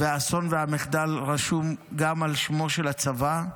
והאסון והמחדל רשום גם על שמו של הצבא,